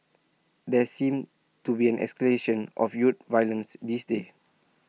there seems to be an escalation of youth violence these days